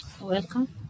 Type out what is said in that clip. Welcome